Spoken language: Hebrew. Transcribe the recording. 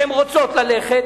שהן רוצות ללכת,